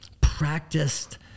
practiced